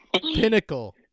pinnacle